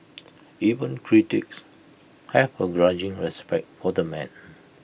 even critics have A grudging respect for the man